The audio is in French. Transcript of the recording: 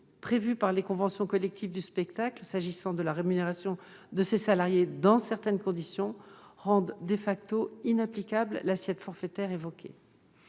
prévues par les conventions collectives du spectacle s'agissant de la rémunération de ces salariés dans certaines situations rendent inapplicable l'assiette forfaitaire évoquée.